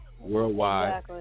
Worldwide